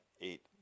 eight